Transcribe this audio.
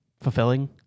fulfilling